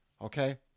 okay